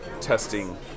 testing